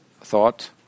thought